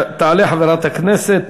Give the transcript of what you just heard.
תעלה חברת הכנסת